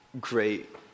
great